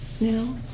now